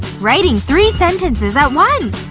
writing three sentences at once